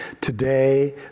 Today